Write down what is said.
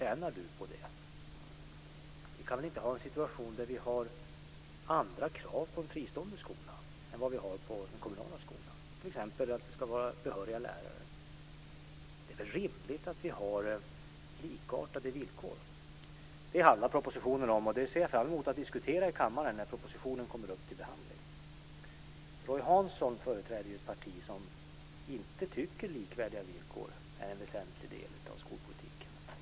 Vi kan väl inte ha en situation där vi har andra krav på de fristående skolorna än vi har på den kommunala skolan, t.ex. när det gäller kravet på behöriga lärare? Det är väl rimligt att vi har likvärdiga villkor? Propositionen handlar om detta. Jag ser fram emot att diskutera dessa frågor här i kammaren när propositionen ska behandlas. Roy Hansson företräder ett parti som inte tycker att likvärdiga villkor är en väsentlig del av skolpolitiken.